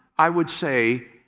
i would say,